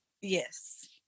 Yes